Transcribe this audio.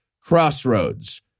Crossroads